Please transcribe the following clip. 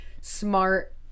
smart